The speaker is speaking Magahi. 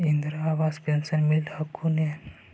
इन्द्रा आवास पेन्शन मिल हको ने?